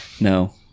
No